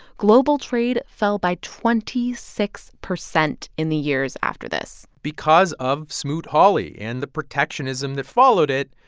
global trade fell by twenty six percent in the years after this because of smoot-hawley and the protectionism that followed it,